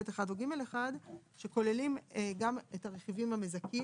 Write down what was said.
ב'1 או ג'1 שכוללים גם את הרכיבים המזכים.